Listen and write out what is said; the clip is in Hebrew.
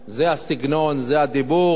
זה הסגנון, זה הדיבור,